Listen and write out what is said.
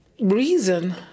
reason